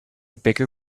bigger